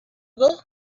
ago